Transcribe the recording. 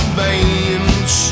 veins